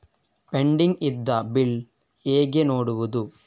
Pending ಇದ್ದ bill ಹೇಗೆ ನೋಡುವುದು?